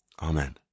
Amen